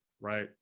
Right